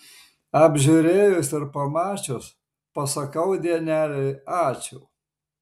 apžiūrėjus ir pamačius pasakau dienelei ačiū